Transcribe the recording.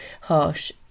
harsh